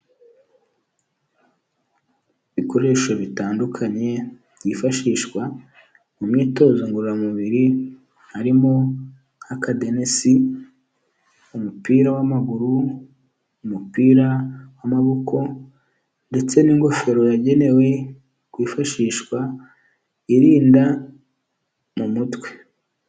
Ibikoresho bitandukanye byifashishwa mu myitozo ngororamubiri, harimo nk'akadenesi umupira w'amaguru, umupira w'amaboko, ndetse n'ingofero yagenewe kwifashishwa irinda mu mutwe.